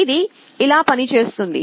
ఇది ఇలా పనిచేస్తుంది